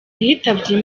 yitabye